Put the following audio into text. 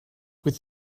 with